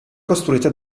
costruite